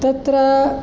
तत्र